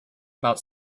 about